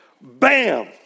Bam